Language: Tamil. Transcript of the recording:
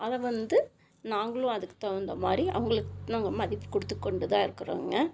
அதை வந்து நாங்களும் அதுக்கு தகுந்த மாதிரி அவங்களுக்கு நாங்கள் மதிப்பு கொடுத்து கொண்டு தான் இருக்குகிறோங்க